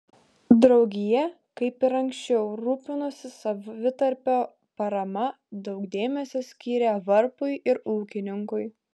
draugija kaip ir anksčiau rūpinosi savitarpio parama daug dėmesio skyrė varpui ir ūkininkui